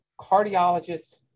cardiologists